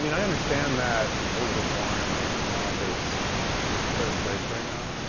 i mean i understand that elizabeth warren may come off as third place right now.